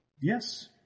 Yes